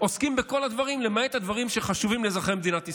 עוסקים בכל הדברים למעט הדברים שחשובים לאזרחי מדינת ישראל.